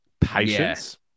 patience